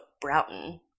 Broughton